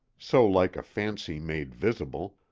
so like a fancy made visible,